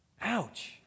Ouch